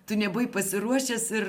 tu nebuvai pasiruošęs ir